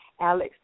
Alex